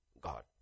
God